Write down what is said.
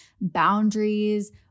boundaries